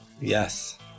yes